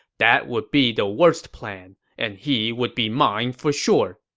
that would be the worst plan, and he would be mine for sure.